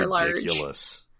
ridiculous